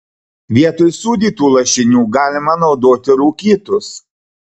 vietoj sūdytų lašinių galima naudoti rūkytus